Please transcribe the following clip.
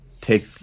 take